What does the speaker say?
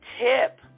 tip